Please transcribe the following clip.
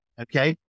okay